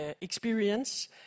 experience